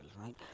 right